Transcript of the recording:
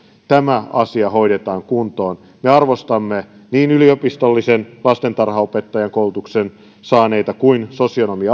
tämä asia hoidetaan kuntoon me arvostamme niin yliopistollisen lastentarhanopettajakoulutuksen saaneita kuin sosionomi